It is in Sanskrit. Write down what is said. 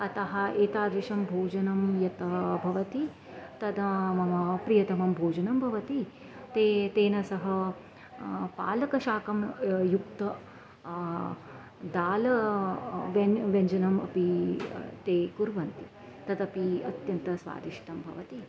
अतः एतादृशं भोजनं यत् भवति तदा मम प्रियतमं भोजनं भवति ते तेन सह पालकशाकं युक्त दाल व्यञ्जनं व्यञ्जनम् अपि ते कुर्वन्ति तदपि अत्यन्तस्वादिष्टं भवति